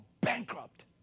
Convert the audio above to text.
bankrupt